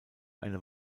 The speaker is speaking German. eine